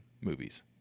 movies